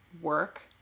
work